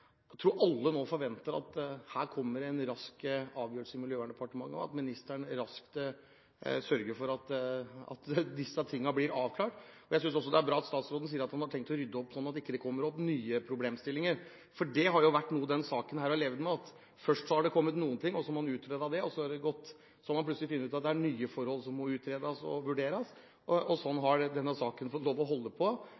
Jeg tror alle nå forventer at det kommer en rask avgjørelse i Miljøverndepartementet, og at ministeren raskt sørger for at disse tingene blir avklart. Jeg synes også det er bra at statsråden sier at han har tenkt å rydde opp slik at det ikke kommer opp nye problemstillinger – for det har vært noe denne saken har levd med. Først har det kommet noe, så har man utredet det, og så har man plutselig funnet ut at det er nye forhold som må utredes og vurderes.